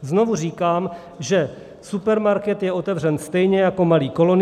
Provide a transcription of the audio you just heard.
Znovu říkám, že supermarket je otevřen stejně jako malý koloniál.